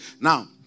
Now